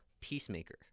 Peacemaker